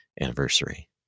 anniversary